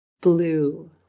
Blue